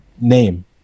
name